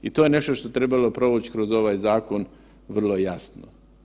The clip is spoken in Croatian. I to je nešto što je trebalo provući kroz ovaj zakon vrlo jasno.